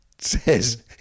says